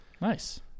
Nice